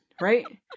right